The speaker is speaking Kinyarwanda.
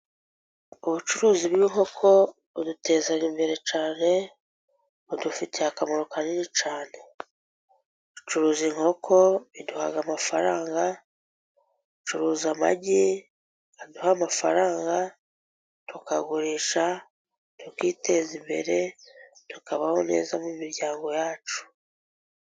Ubucuruzi bw'inkoko buduteza imbere cyane, budufitiye akamaro kanini cyane, ducuruza inkoko iduhaha amafaranga, ducuruza amagi aduha amafaranga tukagurisha tukiteza imbere, tukabaho neza mu miryango yacu.